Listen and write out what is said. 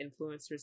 influencers